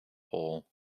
whole